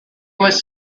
was